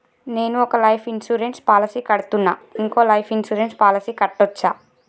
నేను ఒక life insurance policy కడ్తున్నా, ఇంకో లైఫ్ ఇన్సూరెన్స్ పాలసీ కట్టొచ్చా?